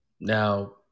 Now